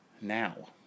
Now